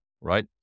right